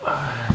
哎